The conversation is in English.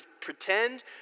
pretend